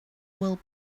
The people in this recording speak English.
will